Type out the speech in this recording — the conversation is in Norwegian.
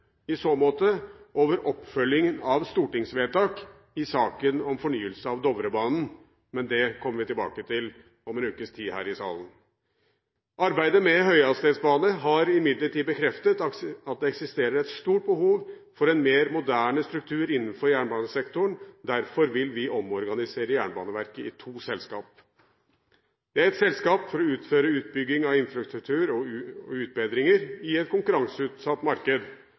i så måte over oppfølgingen av stortingsvedtak i saken om fornyelse av Dovrebanen. Men det kommer vi tilbake til om en ukes tid her i salen. Arbeidet med høyhastighetsbane har imidlertid bekreftet at det eksisterer et stort behov for en mer moderne struktur innenfor jernbanesektoren. Derfor vil vi omorganisere Jernbaneverket i to selskap. Det er ett selskap for å utføre utbygging av infrastruktur og utbedringer i et konkurranseutsatt marked.